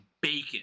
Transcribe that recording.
bacon